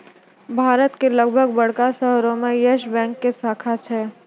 भारत के लगभग बड़का शहरो मे यस बैंक के शाखा छै